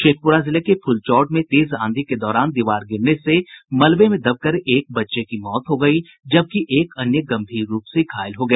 शेखप्रा जिले के फुलचौढ में तेज आंधी के दौरान दीवार गिरने से मलबे में दबकर एक बच्चे की मौत हो गयी जबकि एक अन्य गंभीर रूप से घायल हो गया